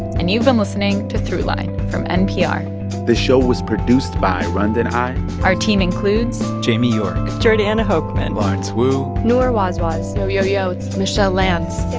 and you've been listening to throughline from npr this show was produced by rund and i our team includes. jamie york jordana hochman lawrence wu noor wazwaz yo, yo, yo. it's michelle lanz.